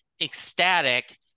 ecstatic